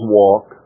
walk